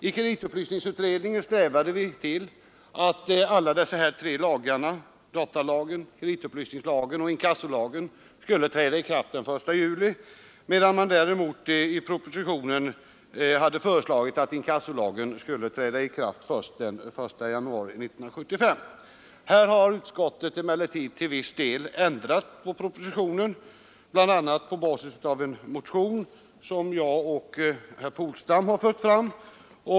I kreditupplysningsutred Förslag till inkassoningen strävade vi efter att alla de tre lagarna — datalagen, kreditupplyslag m.m. ningslagen och inkassolagen — skulle träda i kraft den 1 juli i år, medan det i propositionen föreslogs att inkassolagen skulle träda i kraft först den 1 januari 1975. Här har utskottet till viss del ändrat propositionens förslag, bl.a. på basis av en motion som jag och herr Polstam fört fram.